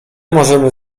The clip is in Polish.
możemy